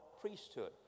priesthood